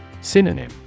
Synonym